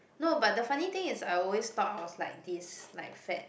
no but the funny thing is I always thought I was like this like fat